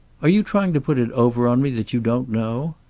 are you trying to put it over on me that you don't know?